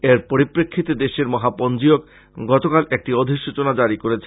এর পরিপ্রেক্ষিতে দেশের মহাপঞ্জীয়ক গতকাল একটি অধিসূচনা জারী করেছেন